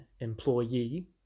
employee